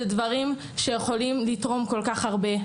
זה דברים שיכולים לתרום כל כך הרבה.